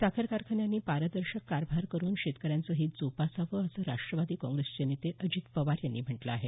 साखर कारखान्यांनी पारदर्शक कारभार करून शेतकऱ्यांचं हित जोपासावं असं राष्ट्रवादी काँग्रेसचे नेते अजित पवार यांनी म्हटलं आहे